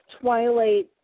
Twilight